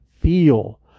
feel